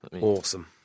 Awesome